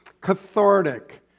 cathartic